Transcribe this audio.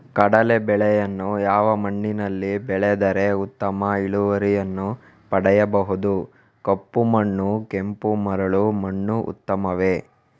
ಕಡಲೇ ಬೆಳೆಯನ್ನು ಯಾವ ಮಣ್ಣಿನಲ್ಲಿ ಬೆಳೆದರೆ ಉತ್ತಮ ಇಳುವರಿಯನ್ನು ಪಡೆಯಬಹುದು? ಕಪ್ಪು ಮಣ್ಣು ಕೆಂಪು ಮರಳು ಮಣ್ಣು ಉತ್ತಮವೇ?